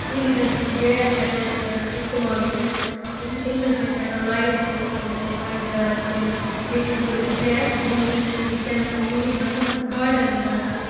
تمہِ وِزِ چھِ أسۍ گیس ہیٚکان اِستعمال کٔرِتھ اَمہِ سۭتۍ چھِ أسۍ ہیٚکان لایِٹ تہِ پَنٕنِس گرس أنِتھ بیٚیہِ چھِ أسۍ گیس چھِ وُنہِ وُنکیٚنس یوٗز گژھان گاڑٮ۪ن منٛز تہِ